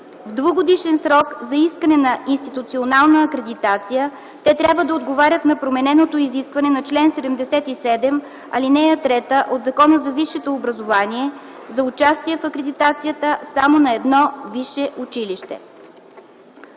В двугодишния срок за искане на институционална акредитация, те трябва да отговарят на промененото изискване на чл. 77, ал. 3 от Закона за висшето образование за участие в акредитацията само на едно висше училище.”